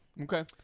Okay